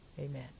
amen